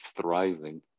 thriving